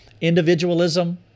individualism